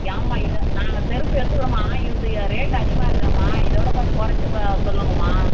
ஏம்மா இதை நாங்கள் செருப்பு எடுத்துக்குறோம்மா ஆனால் இது ரேட்டு அதிகமாக இருக்குதேம்மா இதோட கொஞ்சம் குறைச்சி ப சொல்லுங்கள்ம்மா